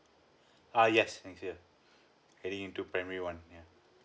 ah yes next year heading into primary one yeah